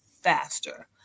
faster